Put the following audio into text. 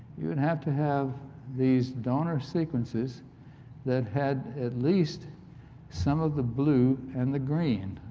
you would have to have these donor sequences that had at least some of the blue and the green.